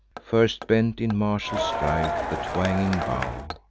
first bent in martial strife the twanging bow,